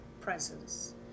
presence